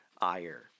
ire